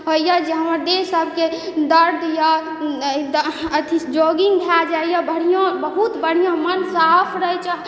होइए जे हमर देह सबके दर्द या अथी जॉगिंग भए जाइ यऽ बढ़िआँ बहुत बढ़िआँ मन साफ रहय छै